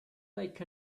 like